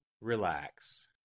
Relax